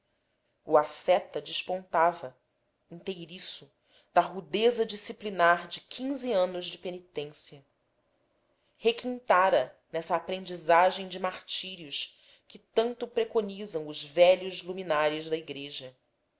o asceta despontava inteiriço da rudeza disciplinar de quinze anos de penitência requintara nessa aprendizagem de martírios que tanto preconizam os velhos luminares da igreja